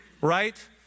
right